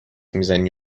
میزنی